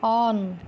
on